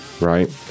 right